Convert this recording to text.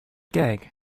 gag